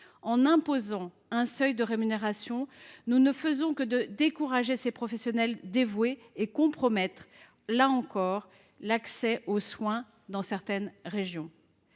En imposant un seuil de rémunération, nous ne faisons que décourager ces professionnels dévoués et compromettre, là encore, l’accès aux soins dans certaines régions.